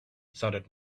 sounded